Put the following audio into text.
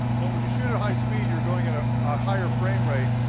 but when you shoot at high speed you're going at a ah higher frame rate,